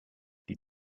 die